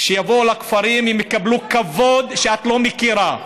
שיבוא לכפרים, הם יקבלו כבוד שאת לא מכירה.